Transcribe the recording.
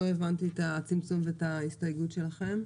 אני לא הבנתי את הצמצום ואת ההסתייגות שלכם.